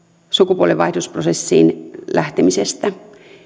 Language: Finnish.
sukupuolenvaihdosprosessiin lähtemisestä